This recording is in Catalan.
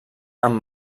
amb